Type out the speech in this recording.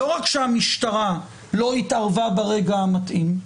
לא רק שהמשטרה לא התערבה ברגע המתאים,